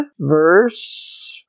verse